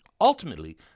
Ultimately